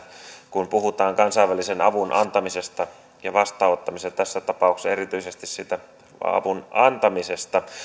kun puhutaan kansainvälisen avun antamisesta ja vastaanottamisesta tässä tapauksessa erityisesti siitä avun antamisesta